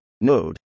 Node